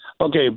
Okay